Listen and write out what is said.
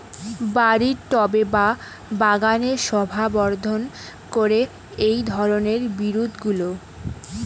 বাড়ির টবে বা বাগানের শোভাবর্ধন করে এই ধরণের বিরুৎগুলো